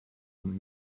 und